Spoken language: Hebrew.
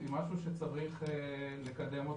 היא משהו שצריך לקדם אותו,